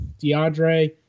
DeAndre